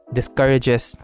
discourages